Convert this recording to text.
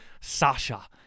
sasha